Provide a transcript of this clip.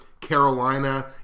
Carolina